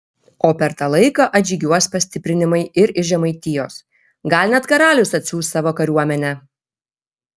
o per tą laiką atžygiuos pastiprinimai ir iš žemaitijos gal net karalius atsiųs savo kariuomenę